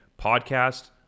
podcast